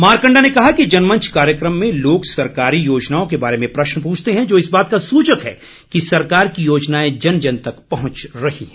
मारकण्डा ने कहा कि जनमंच कार्यक्रम में लोग सरकारी योजनाओं के बारे में प्रश्न पूछते हैं जो इस बात का सूचक है कि सरकार की योजनाएं जन जन तक पहुंच रही हैं